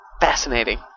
Fascinating